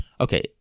Okay